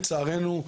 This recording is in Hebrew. לצערנו,